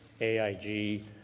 AIG